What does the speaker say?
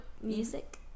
music